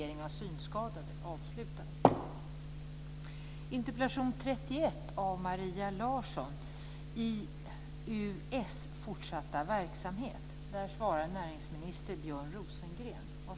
Jag hoppas att min interpellation trots allt har haft en viss effekt när det gäller den här frågan.